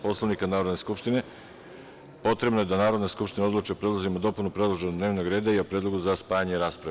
Poslovnika Narodne skupštine potrebno je da Narodna skupština odluči o predlozima dopuna predloženog dnevnog reda i o predlogu za spajanje rasprave.